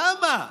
למה?